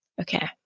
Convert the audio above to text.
Okay